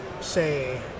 say